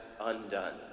undone